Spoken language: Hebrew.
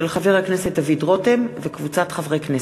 של חבר הכנסת דוד רותם וקבוצת חברי כנסת.